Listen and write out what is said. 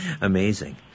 Amazing